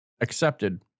accepted